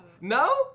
No